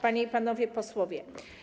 Panie i Panowie Posłowie!